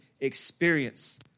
experience